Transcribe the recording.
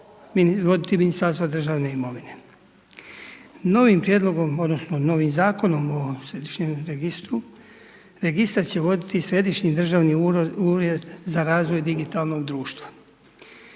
voditi Ministarstvo državne imovine. Novim prijedlogom, odnosno novim Zakonom o središnjem registru, registar će voditi Središnji državni ured za razvoj digitalnog društva.